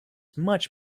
much